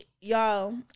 Y'all